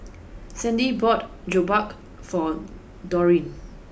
Sandi bought Jokbal for Dollie